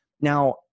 Now